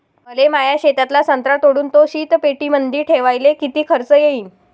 मले माया शेतातला संत्रा तोडून तो शीतपेटीमंदी ठेवायले किती खर्च येईन?